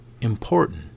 important